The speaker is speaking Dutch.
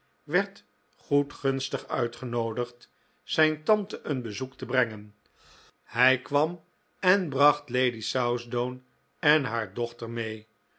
werd goedgunstig uitgenoodigd zijn tante een bezoek te brengen hij kwam en bracht lady southdown en haar dochter mee